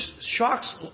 shocks